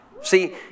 See